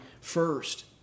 first